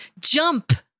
jump